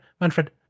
Manfred